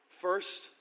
first